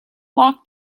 walked